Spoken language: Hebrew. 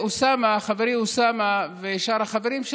חברי אוסאמה ושאר החברים,